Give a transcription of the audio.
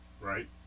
Right